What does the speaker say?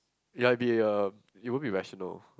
ya it'll be uh it won't be rational